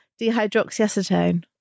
dehydroxyacetone